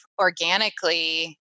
organically